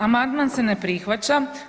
Amandman se ne prihvaća.